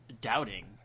Doubting